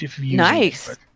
nice